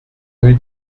rue